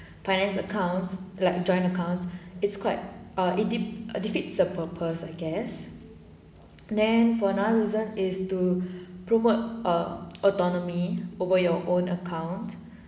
finance accounts like joint account it's quite err it de~ ah defeats the purpose I guess then for another reason is to promote err autonomy over your own account